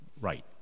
Right